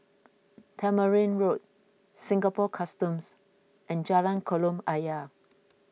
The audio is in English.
Tamarind Road Singapore Customs and Jalan Kolam Ayer